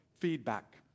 Feedback